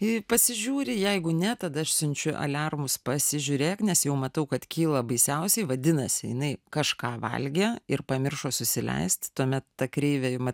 ji pasižiūri jeigu ne tada aš siunčiu aliarmus pasižiūrėk nes jau matau kad kyla baisiausiai vadinasi jinai kažką valgė ir pamiršo susileisti tuomet ta kreivė ima